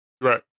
right